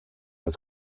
his